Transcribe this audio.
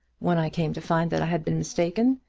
when i came to find that i had been mistaken,